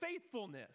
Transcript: faithfulness